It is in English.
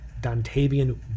Dontavian